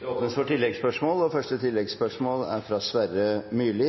Det blir oppfølgingsspørsmål – først Sverre Myrli.